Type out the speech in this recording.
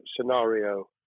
scenario